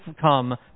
come